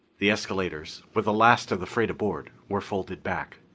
the escalators, with the last of the freight aboard, were folded back.